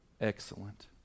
excellent